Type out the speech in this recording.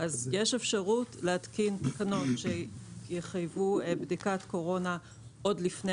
אלא יש אפשרות להתקין תקנות בנוגע לזה.